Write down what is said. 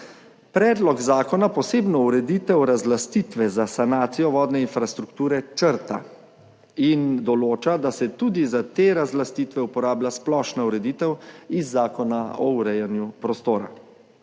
Predlog zakona posebno ureditev razlastitve za sanacijo vodne infrastrukture črta in določa, da se tudi za te razlastitve uporablja splošna ureditev iz Zakona o urejanju prostora.